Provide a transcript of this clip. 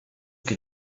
che